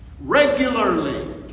regularly